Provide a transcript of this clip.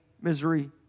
misery